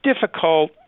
difficult